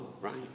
right